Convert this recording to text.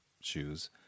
shoes